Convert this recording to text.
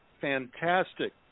fantastic